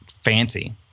fancy